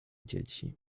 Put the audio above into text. dzieci